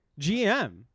GM